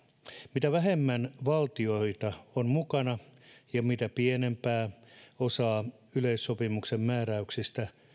mitä vähemmän valtioita on mukana ja mitä pienempää osaa yleissopimuksen määräyksistä